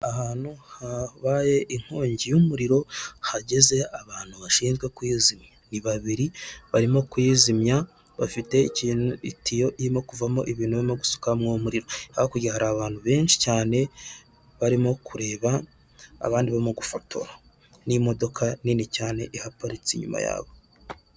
Ahantu habaye inkongi y'umuriro hageze abantu bashinzwe kuyizimya, nibabiri barimo kuyizimya bafite itiyo irimo kuvamo ibintu barimo gusuka mwuwo muriro. Hakurya hari abantu benshi cyane barimo kureba abandi barimo gufotora n'imodoka nini cyane ihaparitse inyuma yabo.